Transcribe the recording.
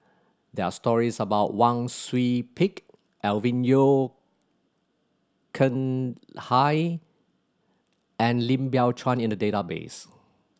there are stories about Wang Sui Pick Alvin Yeo Khirn Hai and Lim Biow Chuan in the database